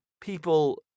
people